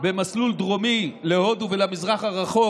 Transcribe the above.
במסלול דרומי להודו ולמזרח הרחוק